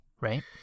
Right